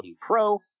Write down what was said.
Pro